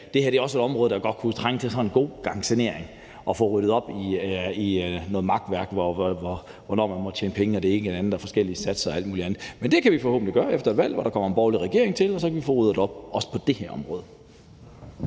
det her også er et område, der kunne trænge til en god gang sanering og til at, der blev ryddet op i noget makværk, der handler om, hvornår man må tjene penge, og det ene og det andet med de forskellige satser og alt muligt andet. Men det kan vi forhåbentlig gøre efter et valg, hvor der kommer en borgerlig regering til; så kan vi få ryddet op på også det her område.